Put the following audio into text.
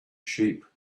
sheep